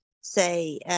say